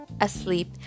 asleep